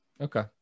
Okay